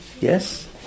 Yes